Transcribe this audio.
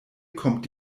kommt